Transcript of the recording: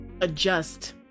adjust